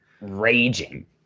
raging